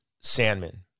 Sandman